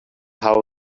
how